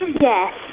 Yes